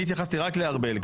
אני התייחסתי רק לארבל.